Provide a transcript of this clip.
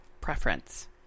preference